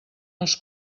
els